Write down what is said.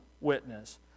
witness